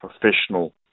professional